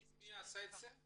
מי עשה את זה?